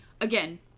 again